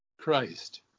Christ